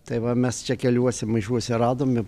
tai va mes čia keliuose maišuose radom ir